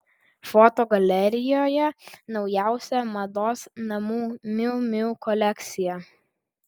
fotogalerijoje naujausia mados namų miu miu kolekcija